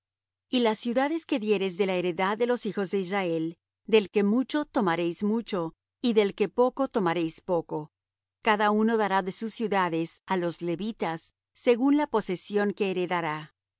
y las ciudades que diereis de la heredad de los hijos de israel del que mucho tomaréis mucho y del que poco tomaréis poco cada uno dará de sus ciudades á los levitas según la posesión que heredará